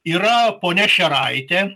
yra ponia šeraitė